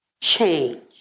change